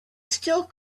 still